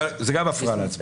זאת גם הפרעה להצבעה.